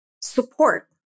support